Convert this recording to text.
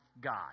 God